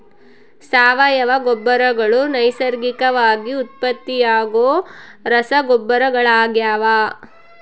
ಸಾವಯವ ಗೊಬ್ಬರಗಳು ನೈಸರ್ಗಿಕವಾಗಿ ಉತ್ಪತ್ತಿಯಾಗೋ ರಸಗೊಬ್ಬರಗಳಾಗ್ಯವ